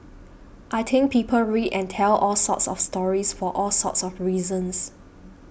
I think people read and tell all sorts of stories for all sorts of reasons